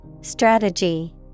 Strategy